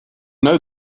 know